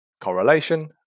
correlation